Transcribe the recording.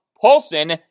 Paulson